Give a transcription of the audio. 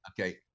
Okay